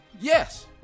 Yes